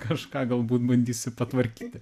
kažką galbūt bandysi patvarkyti